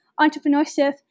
entrepreneurship